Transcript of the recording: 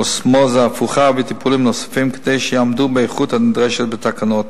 אוסמוזה הפוכה וטיפולים נוספים כדי שיעמדו באיכות הנדרשת בתקנות.